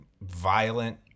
violent